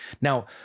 Now